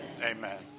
Amen